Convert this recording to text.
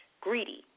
greedy